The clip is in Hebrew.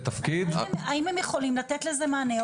האם הם יכולים לתת לזה מענה?